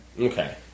Okay